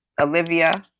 Olivia